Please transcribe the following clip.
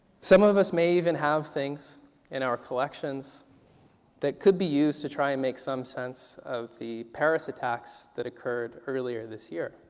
some of us may even have things in our collection that could be used to try to and make some sense of the paris attacks that occurred earlier this year.